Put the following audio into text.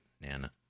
Nana